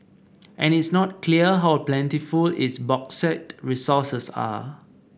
and it's not clear how plentiful its bauxite resources are